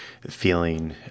feeling